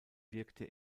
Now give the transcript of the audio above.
wirkte